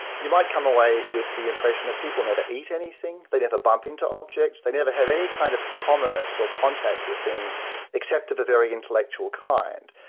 you might come away with the impression that people never eat anything, they never bump into objects, they never have any kind of commerce or contact with things except of a very intellectual kind.